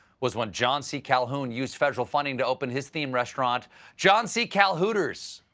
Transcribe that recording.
was when john c calhoun used federal funding to open his theme restaurant john c kalhooters.